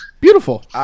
Beautiful